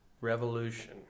Revolution